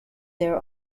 their